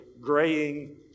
graying